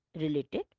related